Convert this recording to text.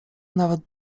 nawet